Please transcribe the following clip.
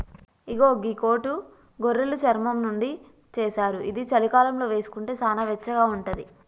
ఇగో గీ కోటు గొర్రెలు చర్మం నుండి చేశారు ఇది చలికాలంలో వేసుకుంటే సానా వెచ్చగా ఉంటది